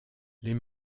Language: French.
les